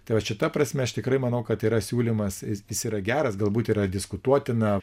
tai va šita prasme aš tikrai manau kad yra siūlymas jis yra geras galbūt yra diskutuotina